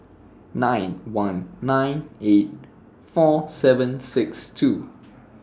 nine one nine eight four seven six two